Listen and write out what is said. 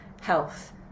health